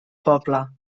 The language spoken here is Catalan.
poble